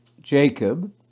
Jacob